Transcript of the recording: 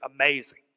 amazing